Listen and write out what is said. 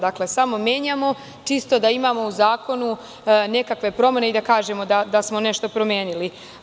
Dakle, samo menjamo, čisto da imamo u zakonu nekakve promene i da kažemo da smo nešto promenili.